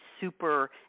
super